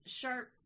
sharp